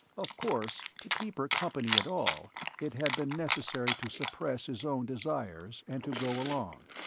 of course, to keep her company at all it had been necessary to suppress his own desires and to go along.